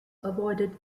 awarded